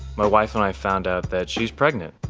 my wife and i found out that she's pregnant,